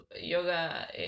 yoga